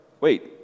Wait